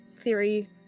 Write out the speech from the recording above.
theory